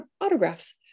autographs